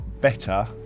better